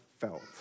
felt